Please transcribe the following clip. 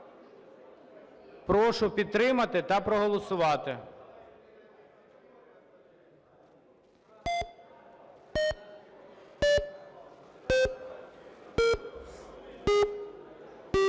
Прошу підтримати та проголосувати.